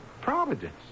Providence